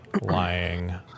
lying